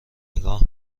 نگاه